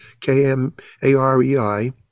K-M-A-R-E-I